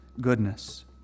goodness